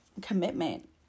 commitment